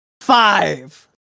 Five